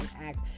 Act